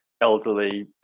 elderly